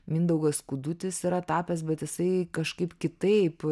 mindaugas skudutis yra tapęs bet jisai kažkaip kitaip